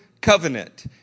covenant